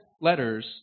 letters